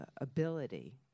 ability